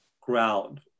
ground